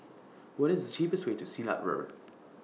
What IS The cheapest Way to Silat Road